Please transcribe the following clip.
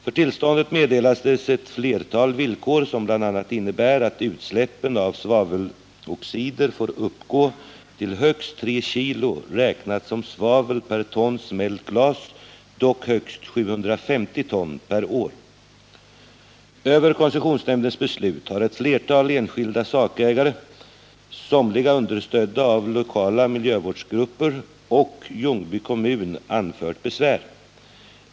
För tillståndet meddelades ett antal villkor, som bl.a. innebär att utsläppen av svaveloxider får uppgå till högst 3 kg, räknat som svavel, per ton smält glas, dock högst 750 ton per år. Över koncessionsnämndens beslut har ett antal enskilda sakägare, somliga understödda av lokala miljövårdsgrupper, och Ljungby kommun anfört besvär.